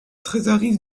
trésorerie